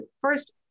first